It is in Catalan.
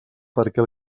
perquè